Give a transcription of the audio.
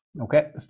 Okay